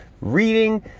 reading